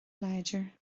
láidir